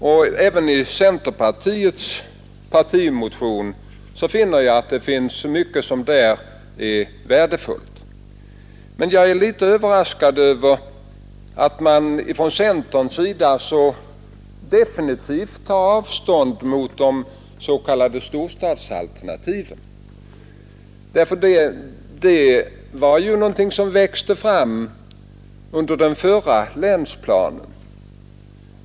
Även i centerpartiets partimotion konstaterar jag att det finns mycket som är värdefullt. Men jag är litet överraskad över att man från centerns sida så definitivt tar avstånd från de s.k. storstadsalternativen. De var ju någonting som växte fram under den förra länsplanen.